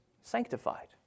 sanctified